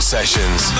Sessions